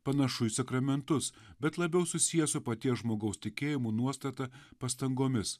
panašu į sakramentus bet labiau susiję su paties žmogaus tikėjimu nuostata pastangomis